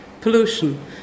pollution